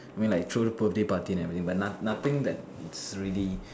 I mean like throw birthday party and everything but not nothing that's really